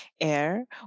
air